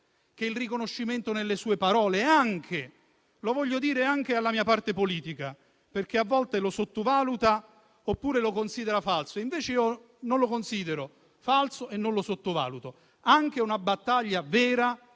che il riconoscimento nelle sue parole - lo voglio dire anche alla mia parte politica, perché a volte lo sottovaluta oppure lo considera falso, mentre io non lo considero falso e non lo sottovaluto - fosse anche indice di una battaglia vera